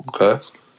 Okay